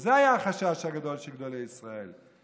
וזה היה החשש הגדול של גדולי ישראל.